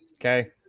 Okay